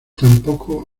tampoco